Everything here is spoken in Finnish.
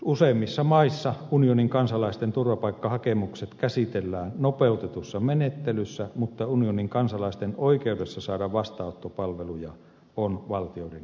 useimmissa maissa unionin kansalaisten turvapaikkahakemukset käsitellään nopeutetussa menettelyssä mutta unionin kansalaisten oikeudessa saada vastaanottopalveluja on valtioiden kesken eroja